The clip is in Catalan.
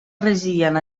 residien